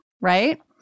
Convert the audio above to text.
right